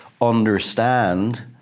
understand